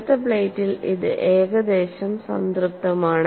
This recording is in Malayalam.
നേർത്ത പ്ലേറ്റിൽ ഇത് ഏകദേശം സംതൃപ്തമാണ്